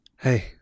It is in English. Hey